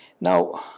Now